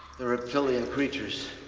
reptilian creatures.